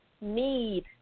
need